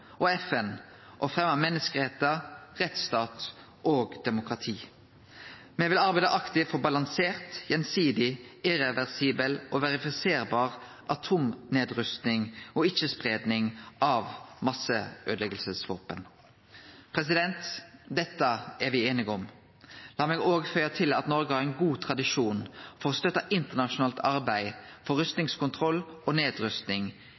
og FN – og fremje menneskerettar, rettsstat og demokrati. Me vil arbeide aktivt for balansert, gjensidig, irreversibel og verifiserbar atomnedrusting og ikkje-spreiing av masseøydeleggingsvåpen. Dette er me einige om. Lat meg også føye til at Noreg har ein god tradisjon for å støtte internasjonalt arbeid for rustingskontroll og nedrusting